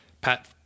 Pat